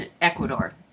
ecuador